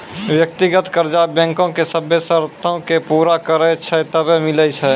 व्यक्तिगत कर्जा बैंको रो सभ्भे सरतो के पूरा करै छै तबै मिलै छै